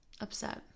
Upset